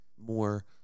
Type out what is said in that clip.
more